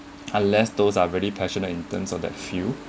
unless those are really passionate in terms of that few